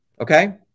okay